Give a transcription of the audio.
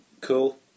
cool